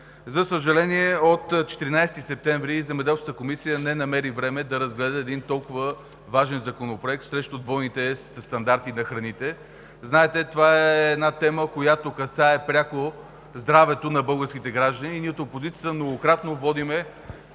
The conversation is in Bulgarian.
За съжаление, от 14 септември Земеделската комисия не намери време да разгледа един толкова важен Законопроект срещу двойните стандарти на храните. Знаете, че това е тема, която касае пряко здравето на българските граждани и ние, от опозицията, многократно водим